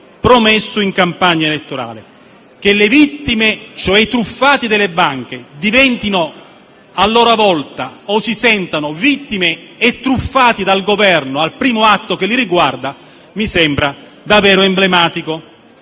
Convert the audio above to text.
promesso in campagna elettorale. Che le vittime, cioè i truffati dalle banche, diventino o si sentano vittime e truffati dal Governo al primo atto che li riguarda mi sembra davvero emblematico.